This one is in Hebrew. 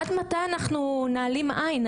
עד מתי אנחנו נעלים עין?